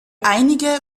einige